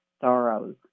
sorrows